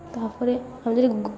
ତା'ପରେ ଆମେ ଯଦି